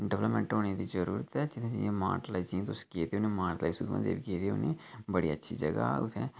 development होने दी जरुरत ऐ जि'यां मानतलाई तुस गेदे होने मानतलाई सुद्धमहादेव गेदे होने बड़ी अच्छी जगह् ऐ उत्थै